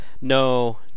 No